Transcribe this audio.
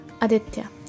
Aditya